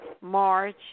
March